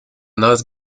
нас